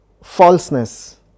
falseness